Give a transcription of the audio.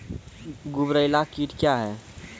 गुबरैला कीट क्या हैं?